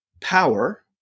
power